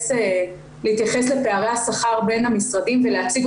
להתייחס לפערי השכר בין המשרדים ולהציג